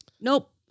Nope